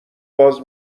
باز